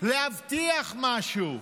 להבטיח משהו,